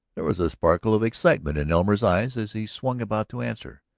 there was a sparkle of excitement in elmer's eyes as he swung about to answer.